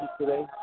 today